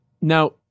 Now